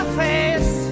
face